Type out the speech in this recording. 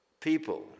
people